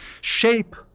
shape